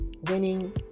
winning